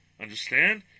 understand